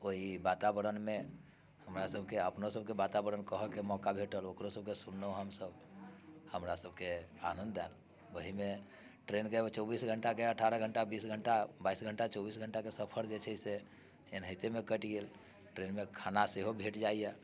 ओहि वातावरणमे हमरा सभके अपनो सभके वातावरण कहऽके मौका भेटल ओकरो सभके सुनलहुँ हम सभ हमरा सभके आनंद आएल ओहिमे ट्रेनके चौबीस घंटाके अठारह घंटा बीस घंटा बाइस घंटा चौबीस घंटाके सफर जे छै से एनाहितेमे कटि गेल ट्रेनमे खाना सेहो भेट जाइया